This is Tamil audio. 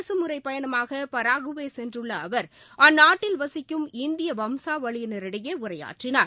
அரசு முறை பயணமாக பராகுவே சென்றுள்ள அவர் அந்நாட்டில் வசிக்கும் இந்திய வம்சாவளியிடையே உயொற்றினார்